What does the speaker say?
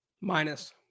minus